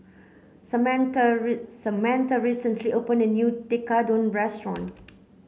Samatha Samatha recently opened a new Tekkadon restaurant